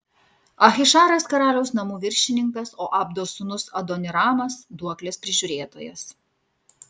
ahišaras karaliaus namų viršininkas o abdos sūnus adoniramas duoklės prižiūrėtojas